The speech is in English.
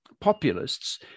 populists